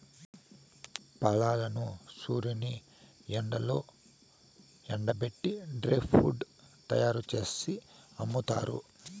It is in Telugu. ఫలాలను సూర్యుని ఎండలో ఎండబెట్టి డ్రై ఫ్రూట్స్ తయ్యారు జేసి అమ్ముతారు